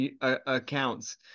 accounts